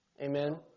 amen